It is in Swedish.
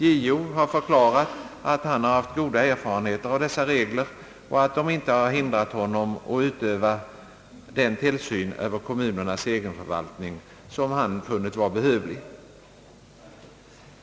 JO har förklarat att han haft goda erfarenheter av dessa regler och att de inte hindrat honom att utöva den tillsyn över kommunernas egenförvaltning som han funnit vara behövlig.